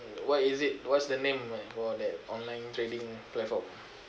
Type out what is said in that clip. what is it what's the name ah for that online trading platform